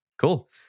Cool